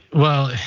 well,